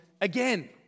again